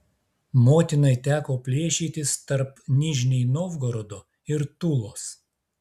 motinai teko plėšytis tarp nižnij novgorodo ir tulos